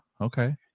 okay